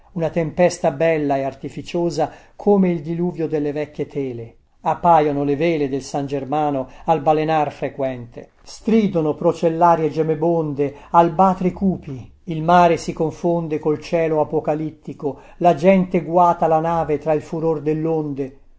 una tempesta bella e artificiosa come il diluvio delle vecchie tele appaiono le vele del san germano al balenar frequente stridono procellarie gemebonde albàtri cupi il mare si confonde col cielo apocalittico la gente guata la nave tra il furor